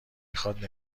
میخاد